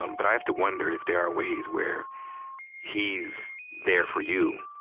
um but i have to wonder if there are ways where he's there for you,